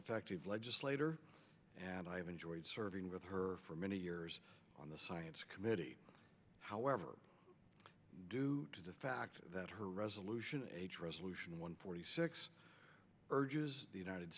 effective legislator and i have enjoyed serving with her for many years on the science committee however due to the fact that her resolution a resolution one forty six urges the united